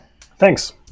Thanks